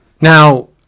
Now